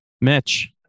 Mitch